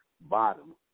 bottom